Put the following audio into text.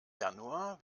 januar